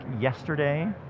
yesterday